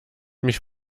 mich